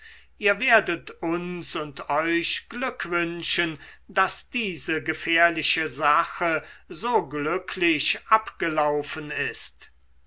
ihr werdet uns und euch glück wünschen daß diese gefährliche sache so glücklich abgelaufen ist